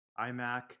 iMac